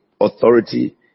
authority